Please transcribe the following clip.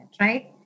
right